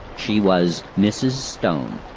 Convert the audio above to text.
she was mrs. stone.